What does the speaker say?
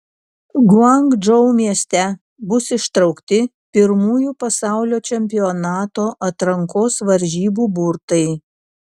guangdžou mieste bus ištraukti pirmųjų pasaulio čempionato atrankos varžybų burtai